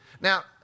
Now